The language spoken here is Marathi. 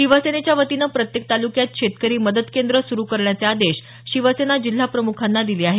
शिवसेनेच्यावतीनं प्रत्येक तालुक्यात शेतकरी मदत केंद्र सुरू करण्याचे आदेश शिवसेना जिल्हा प्रमुखांना दिले आहेत